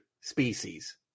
species